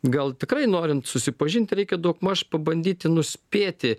gal tikrai norint susipažint reikia daugmaž pabandyti nuspėti